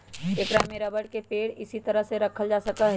ऐकरा में रबर के पेड़ इसी तरह के रखल जा सका हई